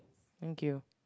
thank you